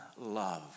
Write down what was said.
love